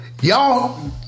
y'all